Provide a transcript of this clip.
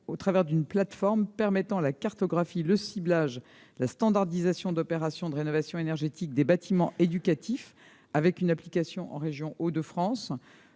au travers d'une plateforme permettant la cartographie, le ciblage, la standardisation d'opérations de rénovation énergétique des bâtiments éducatifs, avec une application en région Hauts-de-France.